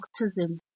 autism